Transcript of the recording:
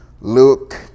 Luke